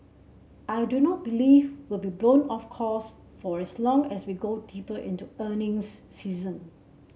I do not believe will be blown off course for as long as we go deeper into earnings season